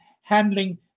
handling